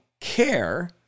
care